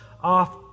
off